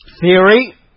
theory